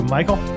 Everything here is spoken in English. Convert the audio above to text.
Michael